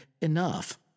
enough